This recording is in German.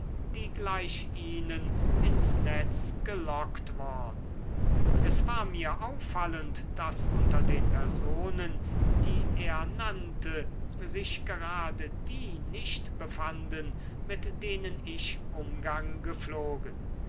die gleich ihnen ins netz gelockt worden es war mir auffallend daß unter den personen die er nannte sich gerade die nicht befanden mit denen ich umgang gepflogen